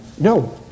No